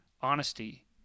honesty